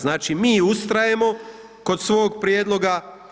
Znači, mi ustrajemo kod svog prijedloga.